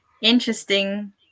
interesting